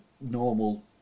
normal